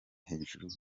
hejuru